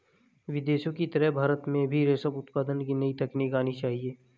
विदेशों की तरह भारत में भी रेशम उत्पादन की नई तकनीक आनी चाहिए